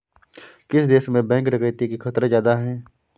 किस देश में बैंक डकैती के खतरे ज्यादा हैं?